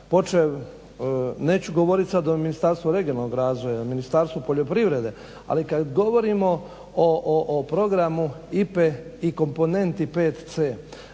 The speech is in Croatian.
neću govorit o Ministarstvu regionalnog razvoja, Ministarstvu poljoprivrede ali kad govorimo o programu IP i komponenti 5